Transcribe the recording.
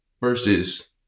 versus